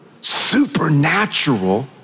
supernatural